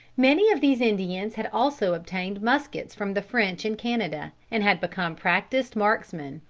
many of these indians had also obtained muskets from the french in canada, and had become practiced marksmen.